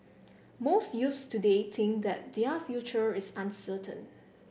most youths today think that their future is uncertain